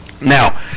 Now